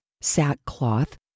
sackcloth